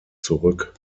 zurück